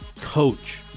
coach